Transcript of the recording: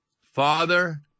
Father